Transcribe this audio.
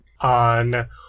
on